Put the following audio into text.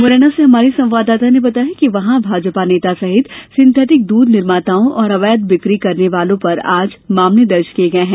मुरैना से हमारे संवाददाता ने बताया है कि वहां भाजपा नेता सहित सिथेटिक दुध निर्माताओं और अवैध बीकी करने वालों पर आज मामले दर्ज किये गये हैं